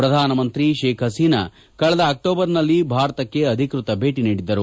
ಪ್ರಧಾನಮಂತ್ರಿ ಶೇಕ್ ಹಸೀನಾ ಕಳೆದ ಅಕ್ಟೋಬರ್ನಲ್ಲಿ ಭಾರತಕ್ಕೆ ಅಧಿಕ್ಷತ ಭೇಟಿ ನೀಡಿದ್ದರು